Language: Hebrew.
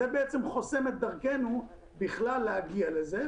זה חוסם את דרכינו בכלל להגיע לזה,